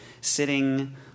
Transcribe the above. sitting